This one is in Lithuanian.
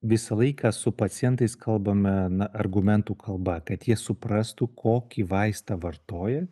visą laiką su pacientais kalbame na argumentų kalba kad jie suprastų kokį vaistą vartoja